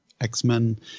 X-Men